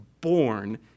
born